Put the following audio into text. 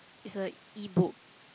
is a E book